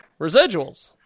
Residuals